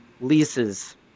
leases